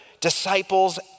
disciples